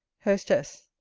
hostess.